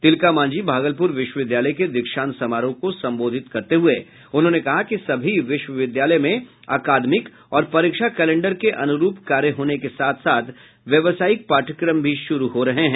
तिलकामांझी भागलपुर विश्वविद्यालय के दीक्षांत समारोह को संबोधित करते हुये उन्होंने कहा कि सभी विश्वविद्यालय में अकादमिक और परीक्षा कैलेंडर के अनुरूप कार्य होने के साथ साथ व्यावसायिक पाठ्यक्रम भी शुरू हो रहे हैं